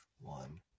One